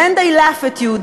then they laugh at you,